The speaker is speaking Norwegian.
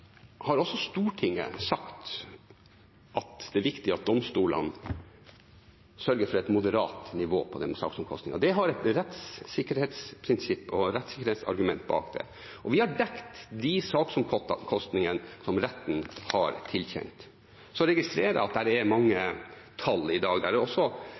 er viktig at domstolene sørger for et moderat nivå på dem. Det er et rettssikkerhetsprinsipp og et rettssikkerhetsargument bak det. Vi har dekket de saksomkostningene som retten har tilkjent. Jeg registrerer at det er mange tall i dag. Det er også